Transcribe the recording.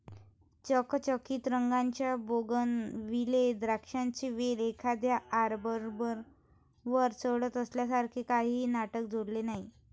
चकचकीत रंगाच्या बोगनविले द्राक्षांचा वेल एखाद्या आर्बरवर चढत असल्यासारखे काहीही नाटक जोडत नाही